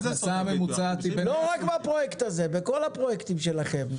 לא רק בפרויקט הזה בכל הפרויקטים שלכם,